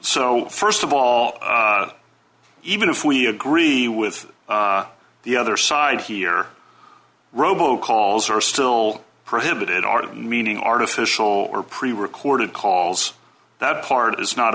so st of all even if we agree with the other side here robo calls are still prohibited are the meaning artificial or pre recorded calls that part is not